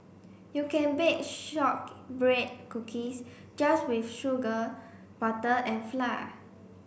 you can bake shortbread cookies just with sugar butter and flour